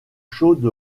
chaude